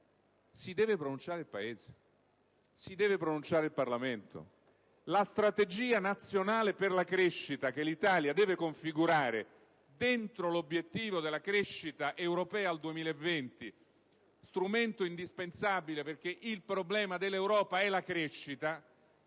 si deve pronunciare il Paese, si deve pronunciare il Parlamento. Non vi è traccia della strategia nazionale per la crescita che l'Italia deve configurare dentro l'obiettivo della crescita europea al 2020, strumento indispensabile perché il problema dell'Europa è la crescita.